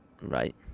right